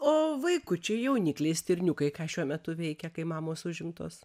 o vaikučiai jaunikliai stirniukai ką šiuo metu veikia kai mamos užimtos